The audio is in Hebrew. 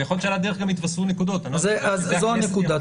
ויכול להיות שעל הדרך גם יתווספו נקודות --- זו הנקודה.